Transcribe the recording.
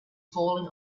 falling